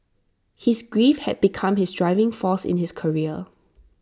his grief had become his driving force in his career